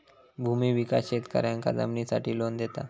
भूमि विकास शेतकऱ्यांका जमिनीसाठी लोन देता